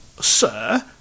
sir